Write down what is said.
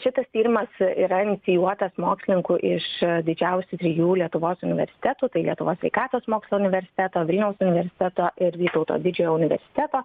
šitas tyrimas yra inicijuotas mokslininkų iš didžiausių trijų lietuvos universitetų tai lietuvos sveikatos mokslų universiteto vilniaus universiteto ir vytauto didžiojo universiteto